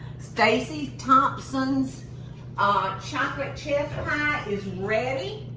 stacy thompson's ah chocolate chess pie is ready.